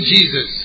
Jesus